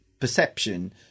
perception